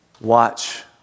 Watch